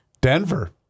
Denver